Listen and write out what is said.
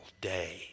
day